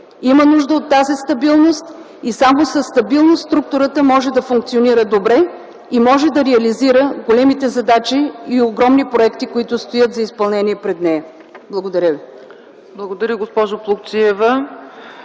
Има нужда от тази стабилност и само със стабилност структурата може да функционира добре и може да реализира големите задачи и огромни проекти, които стоят за изпълнение пред нея. Благодаря ви.